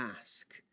ask